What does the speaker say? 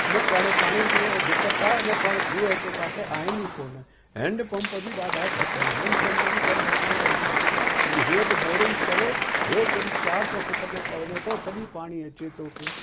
हिनकरे पाणी जूं हाणे दिक़त आहे पाण खूह त किथे आहिनि ई कोन हैंड पंप बि ॾाढा घटि आहिनि हैंड पंप बि कमु नथा कनि पिया जॾहिं हेठि बोरिंग करे हेठि जॾहिं चार सौ फुट ते वञे थो पाणी अचे थो पियो